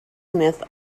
smith